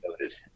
noted